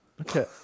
Okay